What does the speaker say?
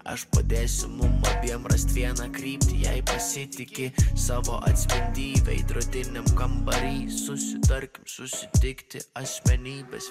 aš padėsiu mum abiem rast vieną kryptį jei pasitiki savo atspindy veidrodiniam kambary susitarkim susitikti asmenybės